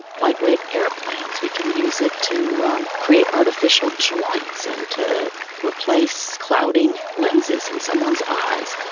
lightweight aeroplanes. we can use it to create artificial joints and to replace clouding lenses in someone's eyes.